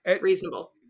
reasonable